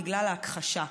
"בגלל ההכחשה".